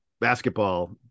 basketball